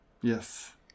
Yes